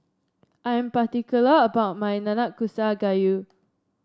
I am particular about my Nanakusa Gayu